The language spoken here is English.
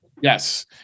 Yes